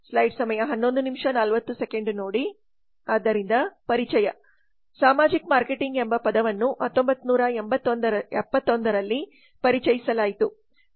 ಆದ್ದರಿಂದ ಪರಿಚಯ ಸಾಮಾಜಿಕ ಮಾರ್ಕೆಟಿಂಗ್ ಎಂಬ ಪದವನ್ನು 1971 ರಲ್ಲಿ ಪರಿಚಯಿಸಲಾಯಿತು